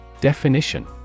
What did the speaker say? Definition